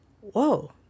whoa